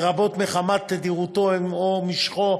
לרבות מחמת תדירותו או משכו,